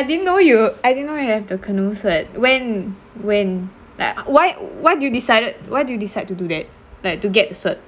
I didn't know you I didn't know you have the canoe cert when when like why why do you decided why do you decide to do that like to get the cert